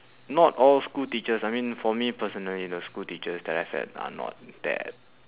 not all school teachers I mean for me personally the school teachers that I've had are not that